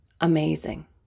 amazing